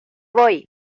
voy